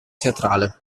teatrale